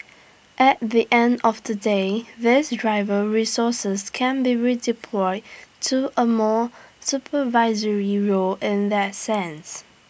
at the end of the day these driver resources can be redeployed to A more supervisory role in that sense